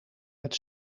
met